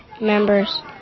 members